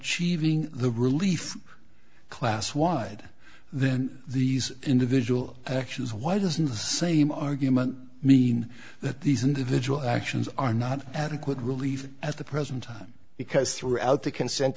achieving the relief class wide then these individual actions why doesn't the same argument mean that these individual actions are not adequate relief at the present time because throughout the consent